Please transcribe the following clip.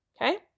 Okay